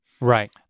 Right